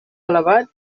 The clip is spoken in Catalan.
elevat